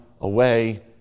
away